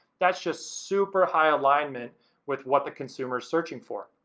that's just super high alignment with what the consumer is searching for.